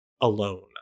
alone